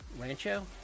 Rancho